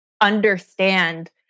understand